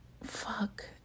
fuck